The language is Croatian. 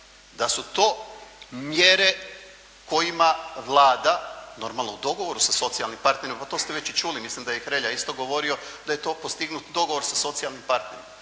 da su to mjere kojima Vlada, normalno u dogovoru sa socijalnim partnerom, pa sto već i čuli, mislim da je Hrelja isto govorio da je to postignut dogovor sa socijalnim partnerima